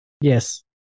Yes